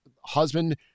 husband